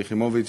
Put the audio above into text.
שלי יחימוביץ,